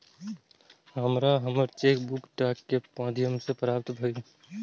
हमरा हमर cheque book डाक के माध्यम से प्राप्त भईल